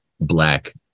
black